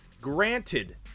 Granted